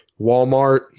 Walmart